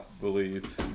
believe